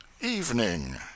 Evening